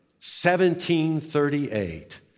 1738